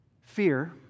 Fear